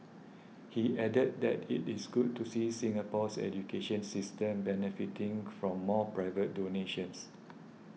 he added that it is good to see Singapore's education system benefiting from more private donations